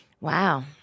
wow